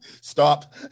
stop